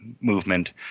movement